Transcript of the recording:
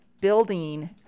building